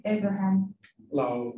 Abraham